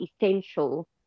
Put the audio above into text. essential